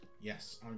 yes